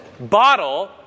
bottle